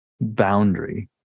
boundary